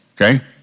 okay